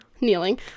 kneeling